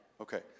Okay